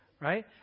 Right